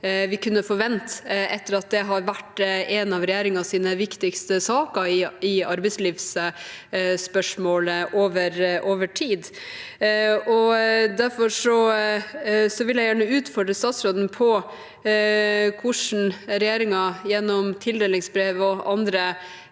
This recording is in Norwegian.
vi kunne forvente, ettersom det har vært en av regjeringens viktigste saker i arbeidslivsspørsmål over tid. Derfor vil jeg gjerne utfordre statsråden på hvordan regjeringen gjennom tildelingsbrev og andre